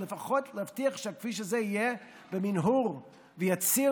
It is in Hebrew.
או לפחות להבטיח שהכביש הזה יהיה במנהור ויציל